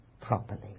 properly